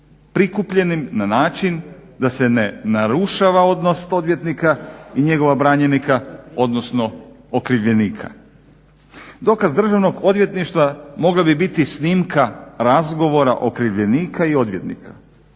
prikupljenim na način da se ne narušava odnos odvjetnika i njegova branjenika, odnosno okrivljenika. Dokaz Državnog odvjetništva mogla bi biti snimka razgovora okrivljenika i odvjetnika.